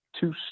two